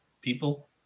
people